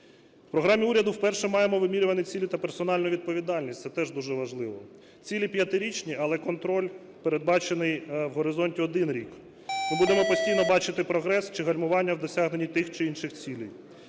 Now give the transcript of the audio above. В програмі уряду вперше маємо вимірювані цілі та персональну відповідальність, це теж дуже важливо. Цілі – п'ятирічні, але контроль передбачений в горизонті – 1 рік. Ми будемо постійно бачити прогрес чи гальмування в досягненні тих чи інших цілей.